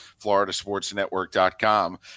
floridasportsnetwork.com